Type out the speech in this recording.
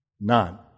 None